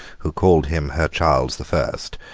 who called him her charles the first,